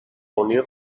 unir